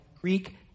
Greek